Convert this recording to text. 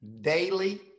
daily